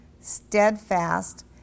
steadfast